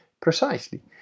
Precisely